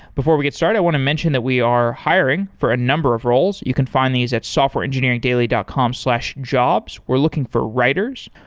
before we get started, i want to mention that we are hiring for a number of roles. you can find these softwareengineeringdaily dot com slash jobs. we're looking for writers.